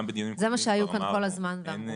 שוב, גם בדיונים קודמים כבר אמרנו: